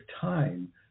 time